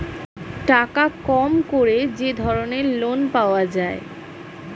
টাকা কম করে যে ধরনের লোন পাওয়া যায়